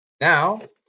Now